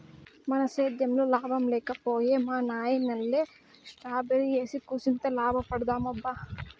మన సేద్దెంలో లాభం లేక పోయే మా నాయనల్లె స్ట్రాబెర్రీ ఏసి కూసింత లాభపడదామబ్బా